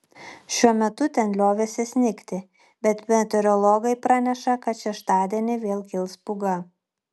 šiuo metu ten liovėsi snigti bet meteorologai praneša kad šeštadienį vėl kils pūga